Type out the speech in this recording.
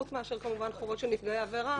חוץ מאשר כמובן חובות של נפגעי עבירה.